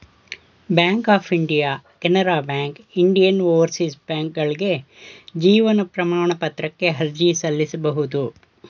bank of India Canara bank Indian overseas ಬ್ಯಾಂಕ್ಕ್ಗಳಿಗೆ ಜೀವನ ಪ್ರಮಾಣ ಪತ್ರಕ್ಕೆ ಅರ್ಜಿ ಸಲ್ಲಿಸಬಹುದು